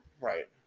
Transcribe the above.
Right